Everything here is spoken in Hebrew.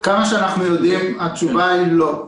כמה שאנחנו יודעים התשובה היא לא.